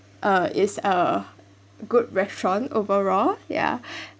uh is a good restaurant overall ya